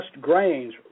grains